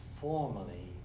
formally